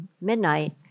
Midnight